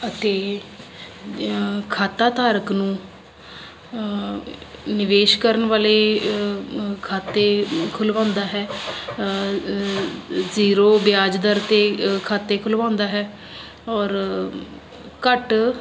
ਅਤੇ ਖਾਤਾ ਧਾਰਕ ਨੂੰ ਨਿਵੇਸ਼ ਕਰਨ ਵਾਲੇ ਖਾਤੇ ਖੁਲਵਾਉਂਦਾ ਹੈ ਜੀਰੋ ਬਿਆਜ ਦਰ 'ਤੇ ਖਾਤੇ ਖੁਲਵਾਉਂਦਾ ਹੈ ਔਰ ਘੱਟ